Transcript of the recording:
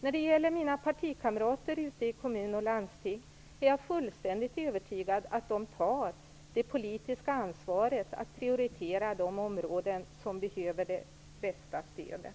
När det gäller mina partikamrater i kommuner och landsting är jag fullständigt övertygad om att de tar det politiska ansvaret att prioritera de områden som behöver det största stödet.